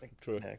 true